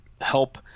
help